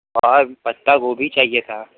और पत्ता गोभी चाहिए था